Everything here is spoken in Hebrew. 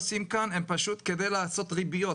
כדי לעשות ריביות.